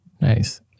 Nice